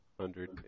hundred